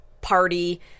party